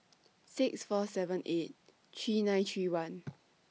six four seven eight three nine three one